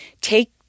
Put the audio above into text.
take